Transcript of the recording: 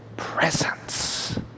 presence